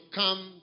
come